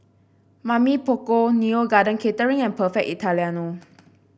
Mamy Poko Neo Garden Catering and Perfect Italiano